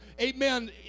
Amen